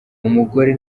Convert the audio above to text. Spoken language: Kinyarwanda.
umugore